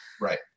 Right